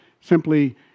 simply